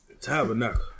Tabernacle